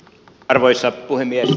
arvoisa puhemies